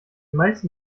meisten